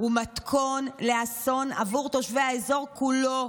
הם מתכון לאסון עבור תושבי האזור כולו.